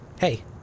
hey